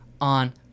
on